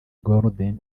golden